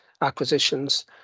acquisitions